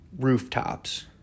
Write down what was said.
rooftops